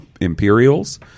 imperials